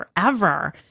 forever